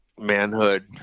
manhood